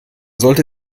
sollte